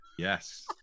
Yes